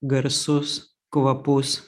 garsus kvapus